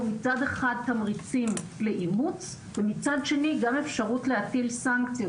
מצד אחד תמרצים לאימוץ ומצד שני גם אפשרות להטיל סנקציות.